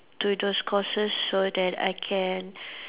do those courses so that I can